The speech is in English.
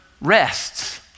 rests